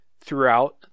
throughout